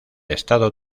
estado